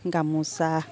গামোচা